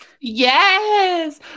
yes